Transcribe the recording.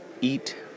eat